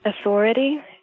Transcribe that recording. authority